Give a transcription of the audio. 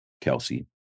Kelsey